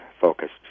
focused